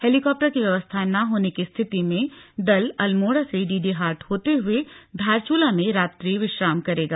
helicopter की व्यवस्था न होने की स्थिति में दल अल्मोड़ा से डीडीहाट होते हए धारचुला में रात्रि विश्राम करेगा